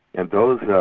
and those and